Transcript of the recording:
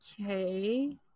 Okay